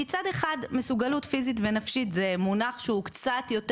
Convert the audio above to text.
מצד אחד מסוגלות פיזית ונפשית זה מונח שהוא קצת יותר